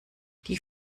die